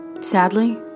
Sadly